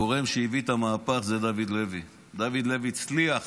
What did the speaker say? הגורם שהביא המהפך הוא דוד לוי, דוד לוי הצליח